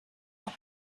auch